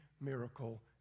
miracle